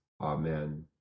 Amen